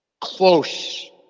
close